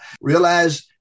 Realize